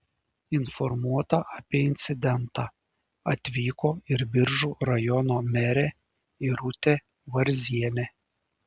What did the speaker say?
informuota apie incidentą atvyko ir biržų rajono merė irutė varzienė